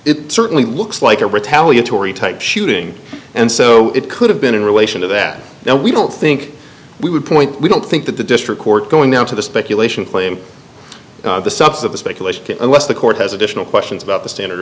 it certainly looks like a retaliatory type shooting and so it could have been in relation to that now we don't think we would point we don't think that the district court going down to the speculation flame the subs of the speculation unless the court has additional questions about the standard